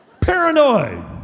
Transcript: Paranoid